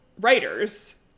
writers